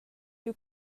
you